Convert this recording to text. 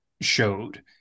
showed